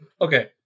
Okay